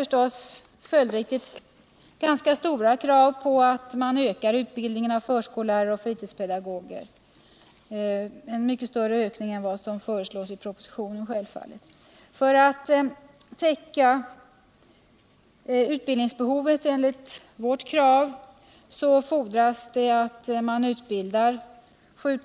Detta förutsätter givetvis krav på en mycket större ökning av utbildningen av förskollärare och fritidspedagoger än vad som föreslås i propositionen. För att täcka utbildningsbehovet enligt vårt krav fordras att man utbildar 7